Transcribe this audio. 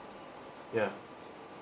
ya